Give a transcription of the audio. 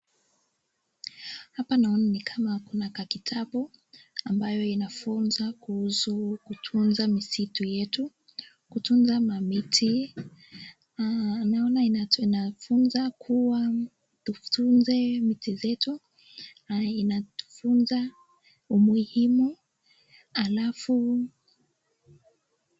Hapa naona ni kama kuna kakitabu ambayo inafunza kuhusu kutunza misitu yetu, kutunza mamiti. Naona inafunza kuwa tutunze miti zetu, na inatufunza umuhimu. Alafu